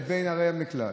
לבין ערי המקלט?